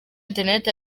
internet